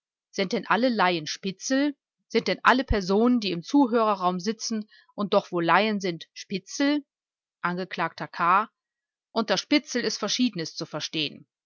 sind denn alle laien spitzel sind denn alle personen die im zuhörerraum sitzen und doch wohl laien sind spitzel angekl k unter spitzel ist verschiedenes zu verstehen